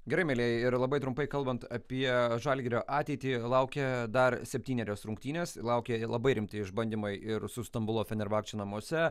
gerai mielieji ir labai trumpai kalbant apie žalgirio ateitį laukia dar septynerios rungtynės laukia labai rimti išbandymai ir su stambulo fenerbahce namuose